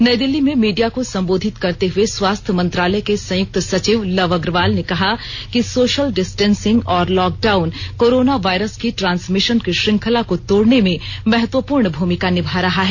नई दिल्ली में मीडिया को संबोधित करते हुए स्वास्थ्य मंत्रालय के संयुक्त सचिव लव अग्रवाल ने कहा कि सोशल डिस्टेंसिंग और लॉकडाउन कोरोना वायरस की ट्रांसमिशन की श्रृंखला को तोड़ने में महत्वपूर्ण भूमिका निभा रहा है